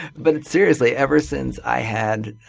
but seriously, ever since i had